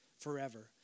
forever